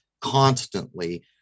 constantly